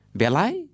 belai